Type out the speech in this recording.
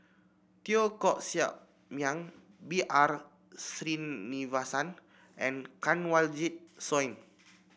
Teo Koh Sock Miang B R Sreenivasan and Kanwaljit Soin